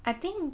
I think